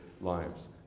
lives